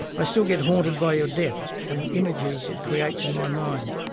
i still get haunted by your death and the images it creates in my mind.